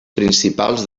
principals